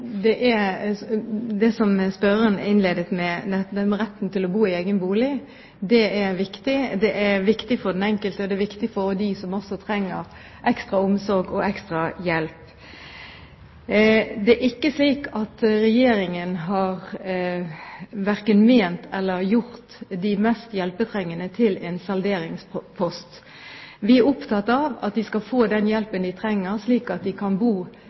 Det er slik som spørreren innledet med, nemlig at retten til å bo i egen bolig, er viktig. Det er viktig for den enkelte, og det er viktig for dem som også trenger ekstra omsorg og ekstra hjelp. Det er ikke slik at Regjeringen har gjort de mest hjelpetrengende til en salderingspost. Vi er opptatt av at de skal få den hjelpen de trenger, slik at de kan bo